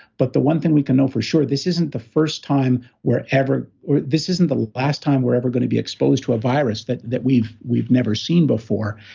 but the one thing we can know for sure, this isn't the first time we're ever. or this isn't the last time we're ever going to be exposed to a virus that that we've we've never seen before,